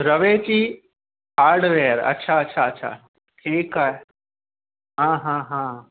रवेची hardware अच्छा अच्छा अच्छा ठीकु आहे हा हा हा